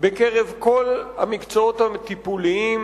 בקרב כל בעלי המקצועות הטיפוליים,